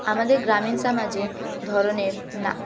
আমাদের গ্রামীণ সমাজে ধরনের না